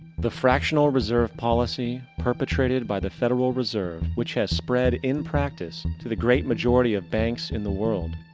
the fractional reserve policy, perpetrated by the federal reserve which has spread in practice to the great majority of banks in the world,